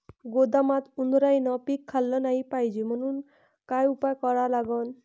गोदामात उंदरायनं पीक खाल्लं नाही पायजे म्हनून का उपाय करा लागन?